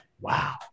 Wow